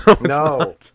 No